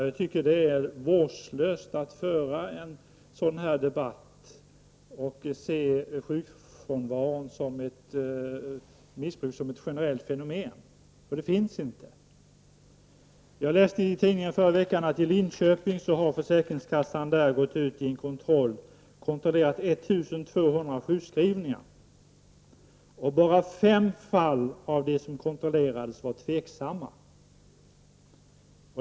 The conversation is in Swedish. Jag tycker det är vårdslöst att föra en sådan debatt och se sjukfrånvaron som ett generellt missbruksfenomen. Så är det inte. Jag läste i tidningen i förra veckan att i Linköping har försäkringskassan kontrollerat I 200 sjukskrivningar. I bara 5 fall har de som kontrollerats varit tveksamma.